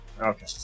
Okay